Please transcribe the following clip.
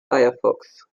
firefox